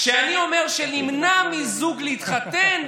כשאני אומר שנמנע מזוג להתחתן,